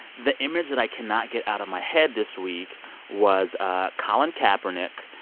the image that i cannot get out of my head this week was ah colin kaepernick.